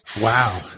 Wow